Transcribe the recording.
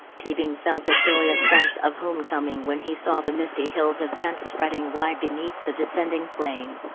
teabing felt a joyous sense of homecoming when he saw the misty hills of kent spreading wide beneath the descending plane.